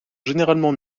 généralement